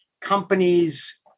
companies